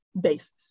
basis